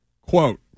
Quote